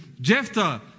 Jephthah